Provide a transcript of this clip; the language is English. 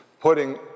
putting